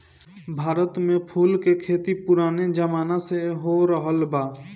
भारत में फूल के खेती पुराने जमाना से होरहल बा